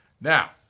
Now